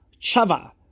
chava